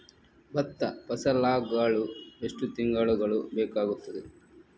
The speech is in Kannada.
ಭತ್ತ ಫಸಲಾಗಳು ಎಷ್ಟು ತಿಂಗಳುಗಳು ಬೇಕಾಗುತ್ತದೆ?